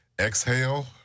exhale